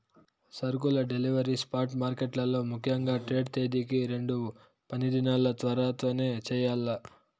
సరుకుల delivery spot మార్కెట్లలో ముఖ్యంగా ట్రేడ్ తేదీకి రెండు పనిదినాల తర్వాతనే చెయ్యాల్ల